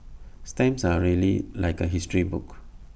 stamps are really like A history book